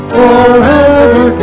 forever